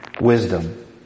Wisdom